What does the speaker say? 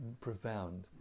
profound